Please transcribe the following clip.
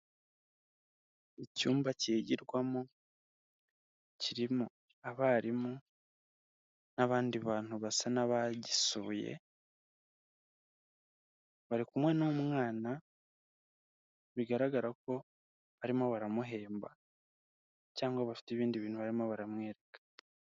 Icyumba kigirwamo, kirimo abarimu n'abandi bantu basa n'abagisuye, barikumwe n'umwana bigaragara ko barimo baramuhemba cyangwa bafite ibindi bintu barimo baramwereka.